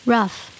Rough